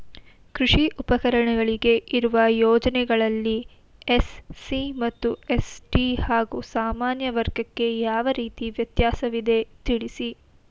ಕೃಷಿ ಉಪಕರಣಗಳಿಗೆ ಇರುವ ಯೋಜನೆಗಳಲ್ಲಿ ಎಸ್.ಸಿ ಮತ್ತು ಎಸ್.ಟಿ ಹಾಗೂ ಸಾಮಾನ್ಯ ವರ್ಗಕ್ಕೆ ಯಾವ ರೀತಿ ವ್ಯತ್ಯಾಸವಿದೆ ತಿಳಿಸಿ?